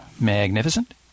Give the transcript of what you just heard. Magnificent